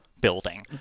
building